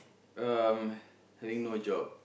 um having no job